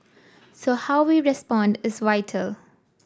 so how we respond is vital